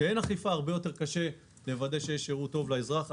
כשאין אכיפה הרבה יותר קשה לוודא שיש שירות טוב לאזרח.